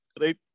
right